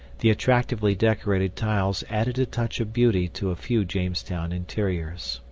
the attractively decorated tiles added a touch of beauty to a few jamestown interiors.